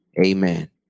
Amen